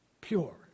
Pure